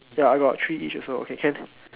ya I got three each also okay can